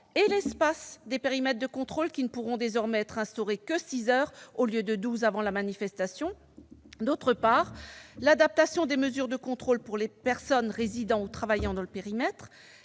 et l'espace des périmètres de contrôle, qui ne pourront désormais être instaurés que six heures au lieu de douze heures avant la manifestation. Ensuite, nous avons veillé à adapter les mesures de contrôle pour les personnes résidant ou travaillant dans le périmètre.